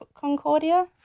Concordia